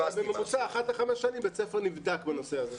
בממוצע אחת לחמש שנים בית ספר נבדק בנושא הזה.